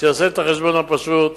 שיעשה את החשבון הפשוט,